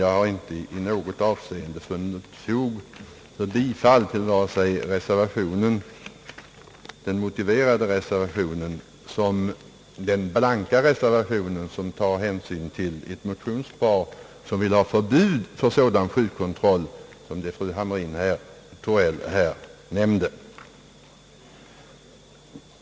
Jag har inte i något avseende funnit fog för bifall till vare sig den motiverade reservationen eller den blanka reservation, vilken tar hänsyn till ett motionspar som vill ha förbud mot en sådan sjukkontroll som fru Hamrin-Thorell här nämnde.